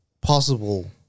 possible